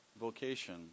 vocation